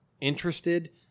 interested